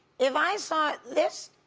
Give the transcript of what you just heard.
if i saw this,